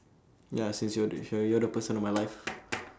ya since you're the you are the person on my left